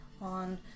on